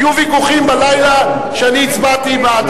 היו ויכוחים בלילה שאני הצבעתי בעד